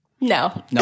No